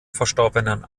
verstorbenen